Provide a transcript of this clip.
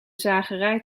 zagerij